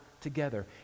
together